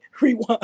Rewind